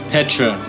Petra